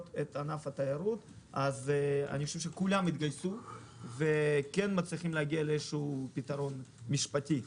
את ענף התיירות אז כולם התגייסו ומצליחים להגיע לפתרון משפטי.